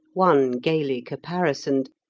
one gaily caparisoned,